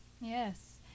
Yes